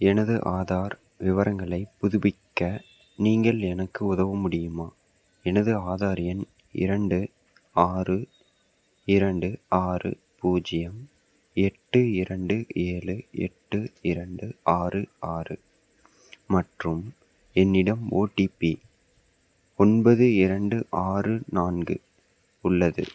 எனது ஆதார் விவரங்களைப் புதுப்பிக்க நீங்கள் எனக்கு உதவ முடியுமா எனது ஆதார் எண் இரண்டு ஆறு இரண்டு ஆறு பூஜ்ஜியம் எட்டு இரண்டு ஏழு எட்டு இரண்டு ஆறு ஆறு மற்றும் என்னிடம் ஓடிபி ஒன்பது இரண்டு ஆறு நான்கு உள்ளது